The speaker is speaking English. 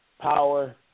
power